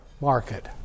market